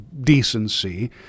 decency